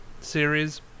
series